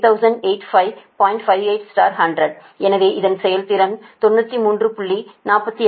58100 எனவே இதன் செயல்திறன் 93